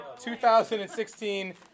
2016